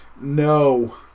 no